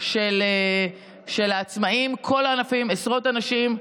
של העצמאים, כל הענפים, עשרות אנשים.